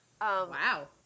Wow